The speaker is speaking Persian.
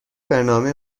برنامه